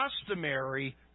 customary